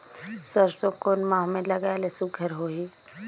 सरसो कोन माह मे लगाय ले सुघ्घर होही?